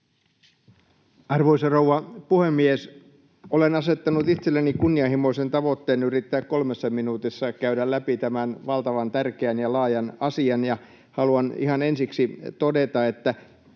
Arvoisa rouva puhemies! Olen asettanut itselleni kunnianhimoisen tavoitteen yrittää kolmessa minuutissa käydä läpi tämä valtavan tärkeä ja laaja asia, ja haluan ihan ensiksi todeta, että